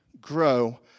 Grow